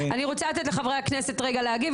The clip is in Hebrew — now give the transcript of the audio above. אני רוצה לתת לחברי הכנסת להגיב,